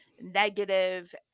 negative